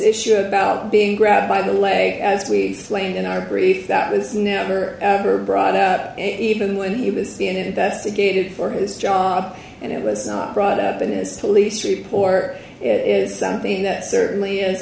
issue about being grabbed by the leg as we claimed in our brief that was never ever brought up even when he was the end investigated for his job and it was brought up in this police report it is something that certainly is